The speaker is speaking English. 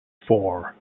four